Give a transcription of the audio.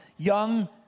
Young